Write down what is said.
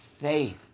faith